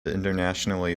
internationally